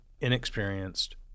inexperienced